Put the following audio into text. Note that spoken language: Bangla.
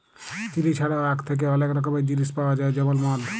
চিলি ছাড়াও আখ থ্যাকে অলেক রকমের জিলিস পাউয়া যায় যেমল মদ